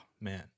man